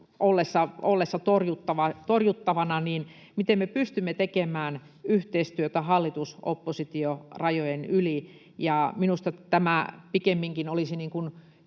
ollessa torjuttavana tekemään yhteistyötä hallitus—oppositio-rajojen yli. Minusta tämä pikemminkin olisi kiitoksen